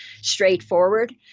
straightforward